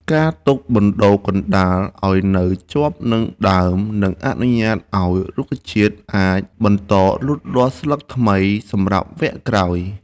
ការទុកបណ្ដូលកណ្ដាលឱ្យនៅជាប់នឹងដើមនឹងអនុញ្ញាតឱ្យរុក្ខជាតិអាចបន្តលូតលាស់ស្លឹកថ្មីសម្រាប់វគ្គក្រោយ។